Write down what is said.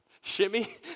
shimmy